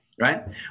Right